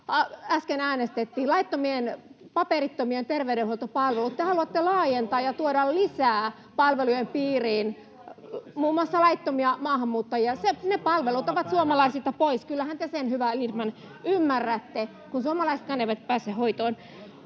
äsken äänestettiin, laittomien paperittomien terveydenhoitopalvelut. Te haluatte laajentaa ja tuoda lisää palvelujen piiriin muun muassa laittomia maahanmuuttajia. Ne palvelut ovat suomalaisilta pois, kyllähän te sen hyvä Lindtman ymmärrätte, kun suomalaisetkaan eivät pääse hoitoon.